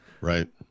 Right